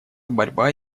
борьба